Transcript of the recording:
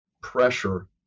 pressure